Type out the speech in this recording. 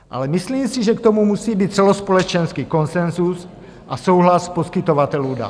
Ale myslím si, že k tomu musí být celospolečenský konsenzus a souhlas poskytovatelů dat.